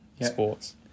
sports